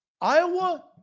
Iowa